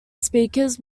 speakers